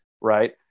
right –